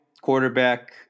quarterback